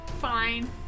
Fine